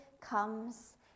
comes